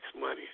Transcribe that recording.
money